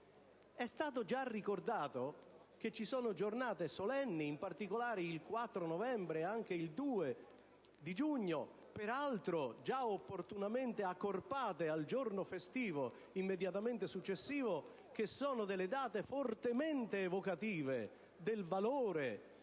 è stato già ricordato, ci sono giornate solenni - in particolare il 4 novembre e il 2 giugno - già opportunamente accorpate al giorno festivo immediatamente successivo: sono delle date fortemente evocative del valore